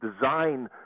design